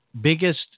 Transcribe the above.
biggest